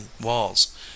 walls